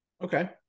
Okay